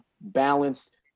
balanced